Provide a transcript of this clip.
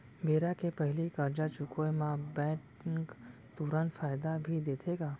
बेरा के पहिली करजा चुकोय म बैंक तुरंत फायदा भी देथे का?